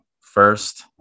first